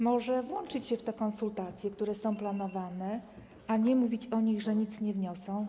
Może należy włączyć się w konsultacje, które są planowane, a nie mówić o nich, że nic nie wniosą.